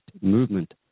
movement